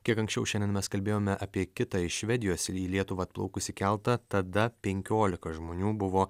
kiek anksčiau šiandien mes kalbėjome apie kitą iš švedijos į lietuvą atplaukusį keltą tada penkiolika žmonių buvo